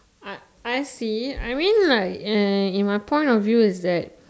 I I see I mean like eh in my point of view is that